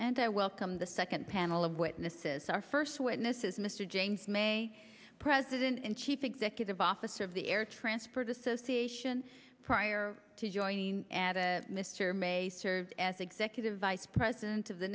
and i welcome the second panel of witnesses our first witnesses mr james may president and chief executive officer of the air transport association prior to joining mr may serve as executive vice president